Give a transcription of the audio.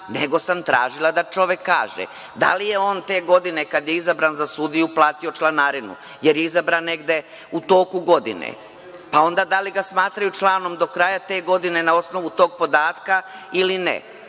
nego sam tražila da čovek kaže da li je on te godine kada je izabran za sudiju platio članarinu, jer je izabran negde u toku godine. Onda, da li ga smatraju do kraja te godine na osnovu tog podatka ili ne?